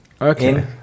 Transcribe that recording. Okay